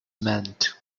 meant